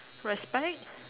respect